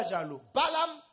Balaam